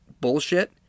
bullshit